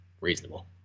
reasonable